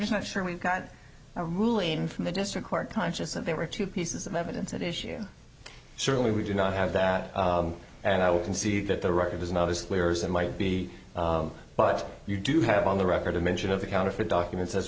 just not sure we've got a ruling from the district court conscious and there were two pieces of evidence at issue certainly we do not have that and i will concede that the record is not as clear as it might be but you do have on the record a mention of the counterfeit documents as